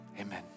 amen